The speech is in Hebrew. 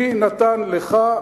מי נתן לך,